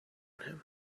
him